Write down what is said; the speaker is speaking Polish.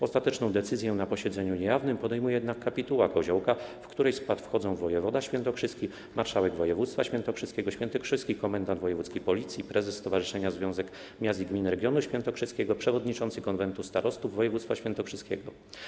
Ostateczną decyzję na posiedzeniu niejawnym podejmuje jednak kapituła Koziołka, w której skład wchodzą: wojewoda świętokrzyski, marszałek województwa świętokrzyskiego, świętokrzyski komendant wojewódzki Policji, prezes stowarzyszenia Związek Miast i Gmin Regionu Świętokrzyskiego, przewodniczący Konwentu Starostów Województwa Świętokrzyskiego.